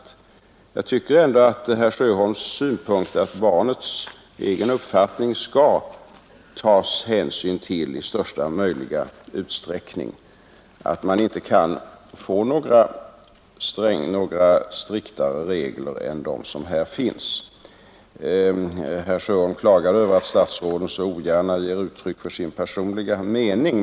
Och jag tycker, att när det gäller herr Sjöholms synpunkt att vi i största möjliga utsträckning skall ta hänsyn till barnets egen uppfattning kan vi inte få några striktare regler än de som redan finns. Sedan klagade herr Sjöholm över att statsråd så ogärna ger uttryck för sin personliga mening.